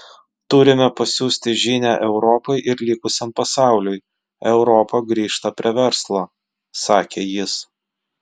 turime pasiųsti žinią europai ir likusiam pasauliui europa grįžta prie verslo sakė jis